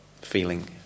feeling